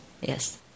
Yes